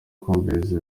kumviriza